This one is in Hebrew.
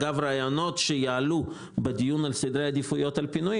רעיונות שיעלו בדיון על סדרי עדיפויות של פינויים